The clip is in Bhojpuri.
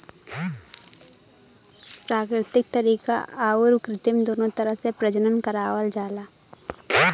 प्राकृतिक तरीका आउर कृत्रिम दूनो तरह से प्रजनन करावल जाला